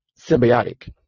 symbiotic